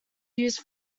used